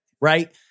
Right